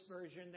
version